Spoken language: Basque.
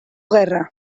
gerra